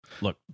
Look